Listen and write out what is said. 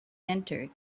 entered